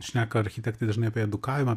šneka architektai dažnai apie edukavimą